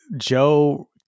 Joe